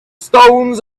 stones